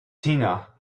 tina